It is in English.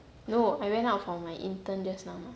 no I went out for my intern just